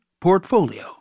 Portfolio